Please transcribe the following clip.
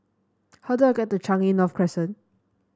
how do I get to Changi North Crescent